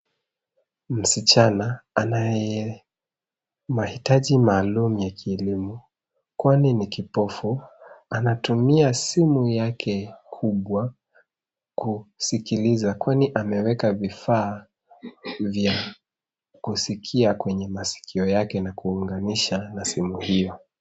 Msichana anaye mahitaji maalum ya kielimu , kwani ni kipofu, anatumia simu yake kubwa kusikiliza kwani ameweka vifaa vya kusikia kwneye masikio yake na kuunganisha na simu hiyo.